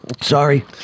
Sorry